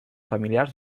familiars